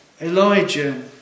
Elijah